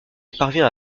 parvient